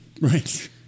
right